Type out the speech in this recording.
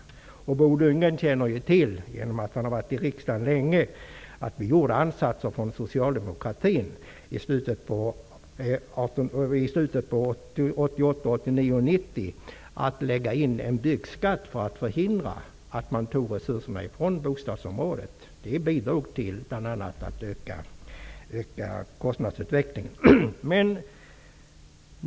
Bo Lundgren känner till, genom att han har varit i riksdagen länge, att vi i socialdemokratin gjorde ansatser i slutet av 1988, 1989 och 1990 att lägga in en byggskatt för att förhindra att resurserna togs från bostadsområdet. Det bidrog bl.a. till att öka kostnadsutvecklingen.